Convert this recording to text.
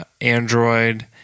Android